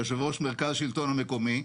יושב-ראש מרכז השלטון המקומי.